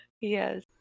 Yes